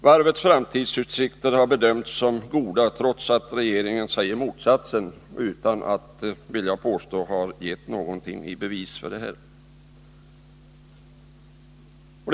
Varvets framtidsutsikter har bedömts som goda, trots att regeringen säger motsatsen, utan att — vill jag påstå — ha gett någonting i bevis för sitt uttalande.